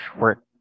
work